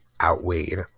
outweighed